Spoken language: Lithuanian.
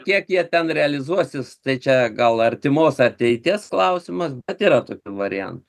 kiek jie ten realizuosis tai čia gal artimos ateities klausimas bet yra tokių variantų